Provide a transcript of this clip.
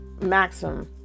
Maxim